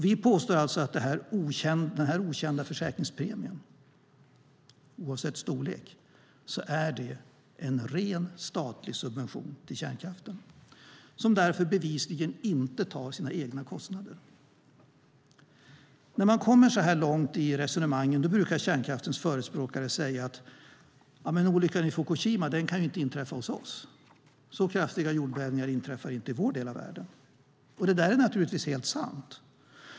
Vi påstår att den okända försäkringspremien är en ren statlig subvention till kärnkraften. Den tar därför bevisligen inte sina egna kostnader. Så här långt i resonemangen brukar kärnkraftens förespråkare säga att olyckan i Fukushima inte kan inträffa hos oss. Så kraftiga jordbävningar inträffar inte i vår del av världen. Det där är naturligtvis helt sant.